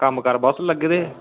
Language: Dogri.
कम्म कार बस लग्गे दे